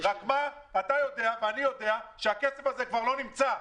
רק מה, אתה יודע ואני יודע שהכסף הזה כבר לא נמצא.